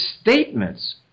statements